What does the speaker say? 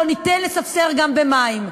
לא ניתן לספסר גם במים.